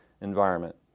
environment